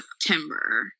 September